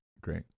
Great